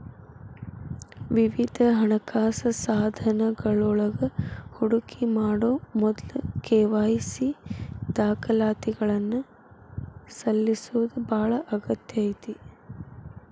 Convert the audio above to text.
ವಿವಿಧ ಹಣಕಾಸ ಸಾಧನಗಳೊಳಗ ಹೂಡಿಕಿ ಮಾಡೊ ಮೊದ್ಲ ಕೆ.ವಾಯ್.ಸಿ ದಾಖಲಾತಿಗಳನ್ನ ಸಲ್ಲಿಸೋದ ಬಾಳ ಅಗತ್ಯ ಐತಿ